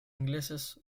ingleses